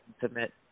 submit